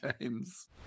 James